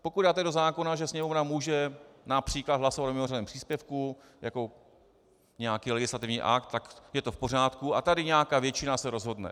Pokud dáte do zákona, že Sněmovna může například hlasovat o mimořádném příspěvku jako nějaký legislativní akt, tak je to v pořádku a tady nějaká většina se rozhodne.